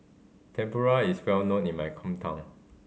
tempura is well known in my hometown